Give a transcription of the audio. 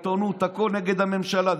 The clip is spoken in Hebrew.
בעיתונות, הכול נגד הממשלה.